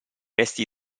resti